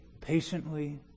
patiently